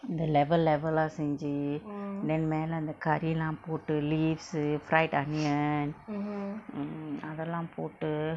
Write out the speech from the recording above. the level level ah செஞ்சி:senji then மேல அந்த கரிலா போட்டு:mela andtha karila potu leaves uh fried onion mm அதலா போட்டு:athala pottu